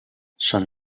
són